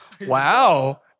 Wow